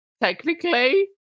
Technically